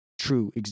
true